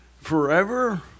forever